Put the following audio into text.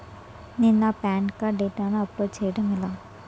నేను నా PAN card డేటాను అప్లోడ్ చేయడం ఎలా?